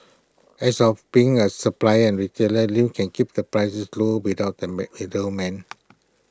as of being A supply and retailer Lim can keep the prices low without the mad middleman